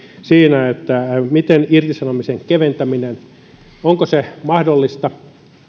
siinä onko irtisanomisen keventäminen mahdollista